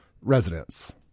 residents